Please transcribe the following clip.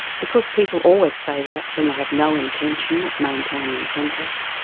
because people always say that when they have no intention of maintaining contact.